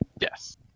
Yes